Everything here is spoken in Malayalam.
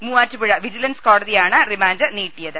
മൂവാറ്റുപുഴ വിജിലൻസ് കോടതിയാണ് റിമാന്റ് നീട്ടിയത്